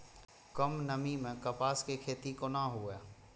कम नमी मैं कपास के खेती कोना हुऐ?